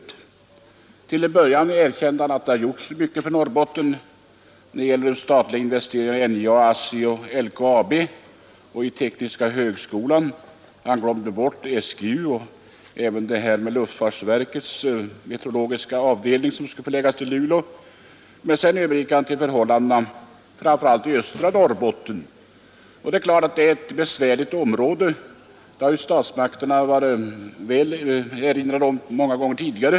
Till en början erkände han att det har gjorts mycket för Norrbotten när det gäller de statliga investeringarna i NJA, ASSI, LKAB och tekniska högskolan. Han glömde bort SGU och även luftfartsverkets meteorologiska avdelning som skulle förläggas till Luleå. Men sedan övergick han till förhållandena framför allt i östra Norrbotten. Det är klart att det är ett besvärligt område — det har ju statsmakterna väl erinrats om många gånger tidigare.